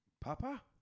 Papa